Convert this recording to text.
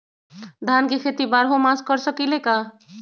धान के खेती बारहों मास कर सकीले का?